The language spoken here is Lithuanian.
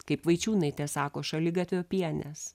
kaip vaičiūnaitė sako šaligatvio pienės